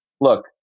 Look